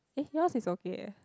eh yours is okay eh